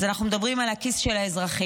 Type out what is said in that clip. אז אנחנו מדברים על הכיס של האזרחים,